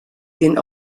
den